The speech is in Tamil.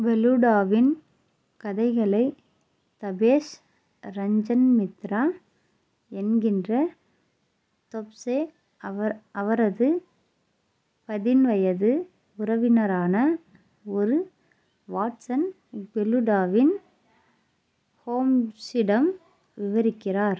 பெலுடாவின் கதைகளை தபேஷ் ரஞ்சன் மித்ரா என்கின்ற தொப்ஷே அவரது பதின்மவயது உறவினரான ஒரு வாட்சன் பெலுடாவின் ஹோம்ஸிடம் விவரிக்கிறார்